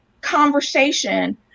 conversation